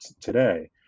today